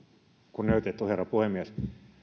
kunnioitettu herra puhemies